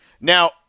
Now